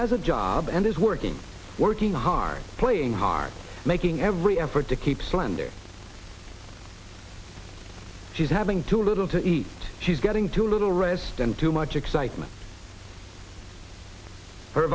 has a job and is working working hard playing hard making every effort to keep slender she's having too little to eat she's getting too little rest and too much excitement